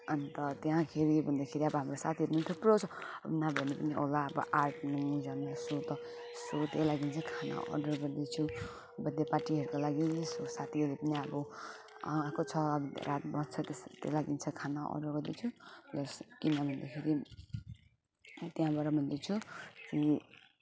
अन्त त्यहाँखेरि भन्दाखेरि अब हाम्रो साथीहरू थुप्रो छ न भनेको नि होला अब आठ नौजना जस्तो त सो त्यो लागि चाहिँ खाना अडर गर्दैछु बर्थ डे पार्टीहरूको लागि सो साथीहरू पनि अब आएको छ अब रात पर्छ त्यसै त्यो लागि छ खाना अडर गर्दैछु प्लस किन भन्दाखेरि त्यहाँबाट भन्दैछु कि